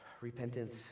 Repentance